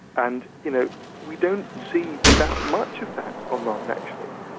and you know we don't see that much of that online actually,